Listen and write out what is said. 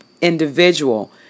individual